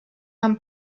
han